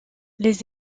les